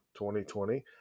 2020